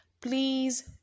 Please